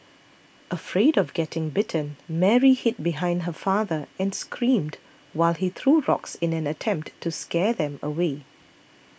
afraid of getting bitten Mary hid behind her father and screamed while he threw rocks in an attempt to scare them away